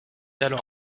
alors